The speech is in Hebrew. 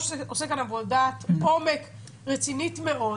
עושה כאן עבודת עומק רצינית מאוד